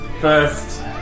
first